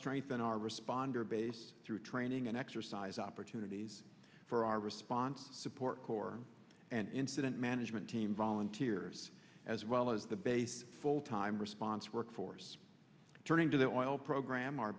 strengthen our responder base through training and exercise opportunities for our response support corps and incident management team volunteers as well as the base full time response workforce turning to the oil program our